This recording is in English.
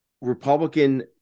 Republican